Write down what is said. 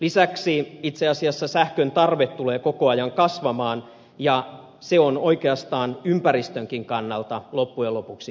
lisäksi itse asiassa sähköntarve tulee koko ajan kasvamaan ja se on oikeastaan ympäristönkin kannalta loppujen lopuksi hyvä asia